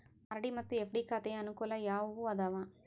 RD ಮತ್ತು FD ಖಾತೆಯ ಅನುಕೂಲ ಯಾವುವು ಅದಾವ?